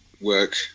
work